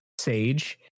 sage